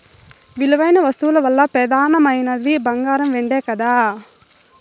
విలువైన వస్తువుల్ల పెదానమైనవి బంగారు, ఎండే కదా